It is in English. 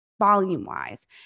volume-wise